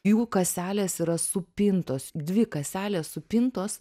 jų kaselės yra supintos dvi kaselės supintos